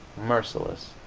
merciless.